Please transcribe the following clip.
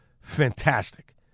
Fantastic